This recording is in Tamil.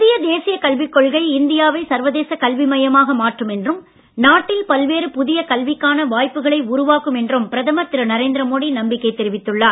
புதிய தேசிய கல்விக் கொள்கை இந்தியாவை சர்வதேச கல்வி மையமாக மாற்றும் என்றும் நாட்டில் பல்வேறு புதிய கல்விக்கான வாய்ப்புகளை உருவாக்கும் என்றும் பிரதமர் திரு நரேந்திர மோடி நம்பிக்கை தெரிவித்துள்ளார்